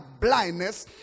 blindness